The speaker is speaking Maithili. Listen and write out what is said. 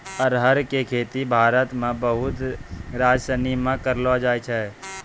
अरहर के खेती भारत मे बहुते राज्यसनी मे करलो जाय छै